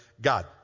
God